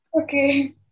okay